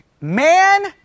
Man